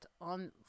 on